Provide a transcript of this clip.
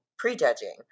Prejudging